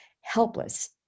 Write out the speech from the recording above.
helpless